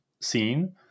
scene